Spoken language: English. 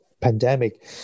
pandemic